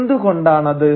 എന്തുകൊണ്ടാണത്